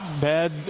bad